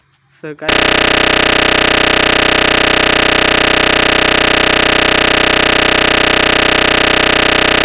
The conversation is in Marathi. सहकारी बँकिंग संस्था जगातील बहुतेक भागांमधसून ठेवी घेतत आणि पैसो कर्ज म्हणून देतत